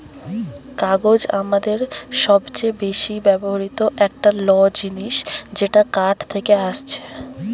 কাগজ আমাদের সবচে বেশি ব্যবহৃত একটা ল জিনিস যেটা কাঠ থেকে আসছে